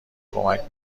کمک